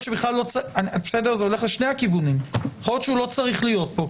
זה הולך לשני הכיוונים לא צריך להיות פה,